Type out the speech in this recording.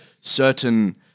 certain